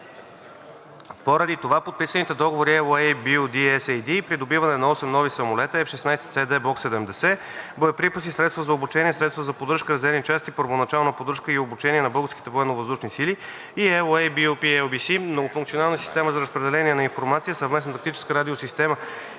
Поради това подписаните договори (LOA) BU-D-SAD „Придобиване на 8 (осем) нови самолета F-16C/D Block 70, боеприпаси, средства за обучение, средства за поддръжка, резервни части, първоначална поддръжка и обучение за Българските Военновъздушни сили“ и (LOA) BU-P-LBC „Многофункционална система за разпределение на информация – Съвместна тактическа радиосистема